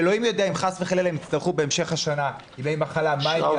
שאלוהים יודע אם חס וחלילה הם יצטרכו בהמשך השנה ימי מחלה מה הם יעשו.